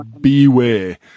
beware